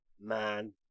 Man